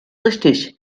richtig